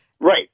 Right